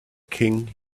king